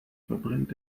verbrennt